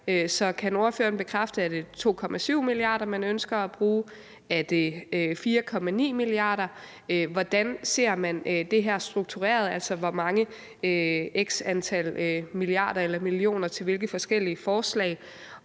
så kan ordføreren præcisere, om det er 2,7 mia. kr., man ønsker at bruge, eller om det er 4,9 mia. kr.? Og hvordan ser man det her struktureret, altså, hvor mange x antal milliarder eller millioner skal afsættes til hvilke forskellige forslag?